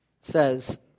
says